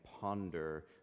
ponder